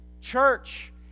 Church